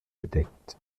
bedeckt